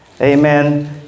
Amen